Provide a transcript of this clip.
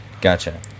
Gotcha